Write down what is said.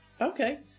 Okay